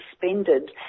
suspended